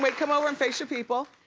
but come over and face your people.